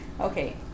Okay